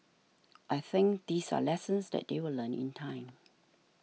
I think these are lessons that they will learn in time